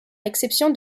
l’exception